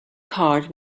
card